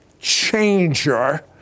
changer